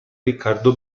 riccardo